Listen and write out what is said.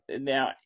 now